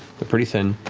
they're pretty thin.